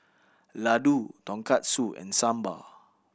Ladoo Tonkatsu and Sambar